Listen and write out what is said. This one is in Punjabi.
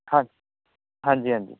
ਹਾਂ ਹਾਂਜੀ ਹਾਂਜੀ